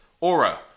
Aura